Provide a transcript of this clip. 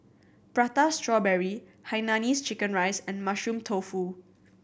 Prata Strawberry hainanese chicken rice and Mushroom Tofu